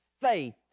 faith